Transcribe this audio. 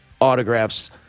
autographs